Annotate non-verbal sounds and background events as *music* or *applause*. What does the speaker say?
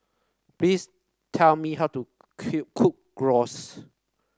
please tell me how to *unintelligible* cook Gyros